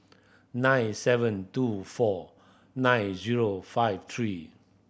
nine seven two four nine zero five three